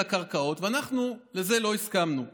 הקרקעות, ואנחנו לא הסכמנו לזה.